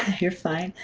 you're fine.